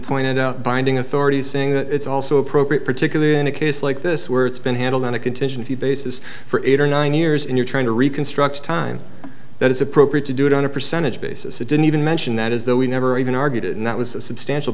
pointed out binding authority saying that it's also appropriate particularly in a case like this where it's been handled on a contingency basis for eight or nine years and you're trying to reconstruct a time that is appropriate to do it on a percentage basis it didn't even mention that is that we never even argued and that was a substantial